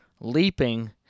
leaping